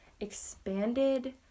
expanded